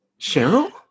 Cheryl